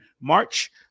March